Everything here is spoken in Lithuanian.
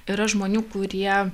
yra žmonių kurie